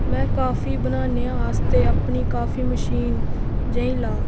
में काफी बनाने आस्तै अपनी काफी मशीन जेई लां